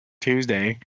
Tuesday